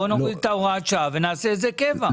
בוא נוריד את הוראת השעה ונקבע את זה קבע.